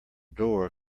door